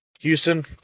Houston